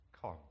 come